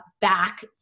back